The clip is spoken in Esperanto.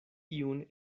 iun